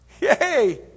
Yay